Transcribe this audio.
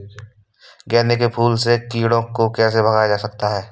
गेंदे के फूल से कीड़ों को कैसे भगाया जा सकता है?